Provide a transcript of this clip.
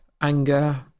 anger